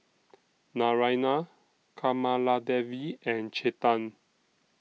Naraina Kamaladevi and Chetan